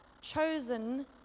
chosen